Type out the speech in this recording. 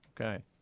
Okay